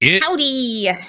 Howdy